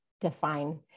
define